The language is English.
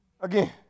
again